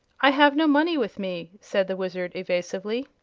i have no money with me, said the wizard, evasively.